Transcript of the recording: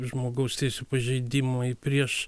žmogaus teisių pažeidimai prieš